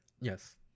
Yes